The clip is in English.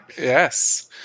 Yes